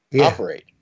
operate